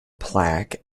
plaque